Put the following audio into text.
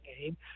game